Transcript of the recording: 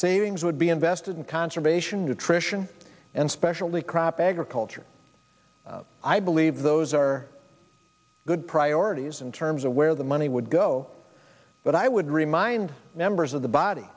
savings would be invested in conservation nutrition and specially crop agriculture i believe those are good priorities in terms of where the money would go but i would remind members of the body